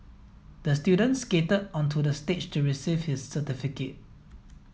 the student skated onto the stage to receive his certificate